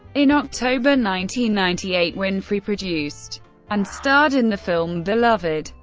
in october ninety ninety eight, winfrey produced and starred in the film beloved,